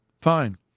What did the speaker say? Fine